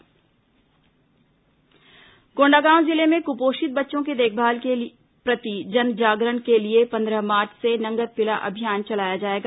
नंगत पिला अभियान कोंडागांव जिले में कुपोषित बच्चों की देखभाल के प्रति जन जागरण के लिए पंद्रह मार्च से नंगत पिला अभियान चलाया जाएगा